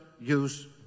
use